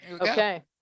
Okay